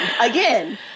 again